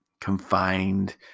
confined